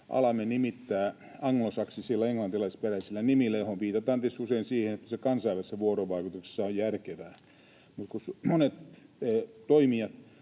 alamme nimittää anglosaksisilla, englantilaisperäisillä, nimillä, jolloin viitataan tietysti usein siihen, että se kansainvälisessä vuorovaikutuksessa on järkevää. Mutta monet toimijat